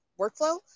workflow